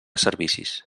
servicis